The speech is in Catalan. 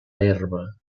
herba